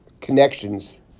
connections